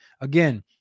Again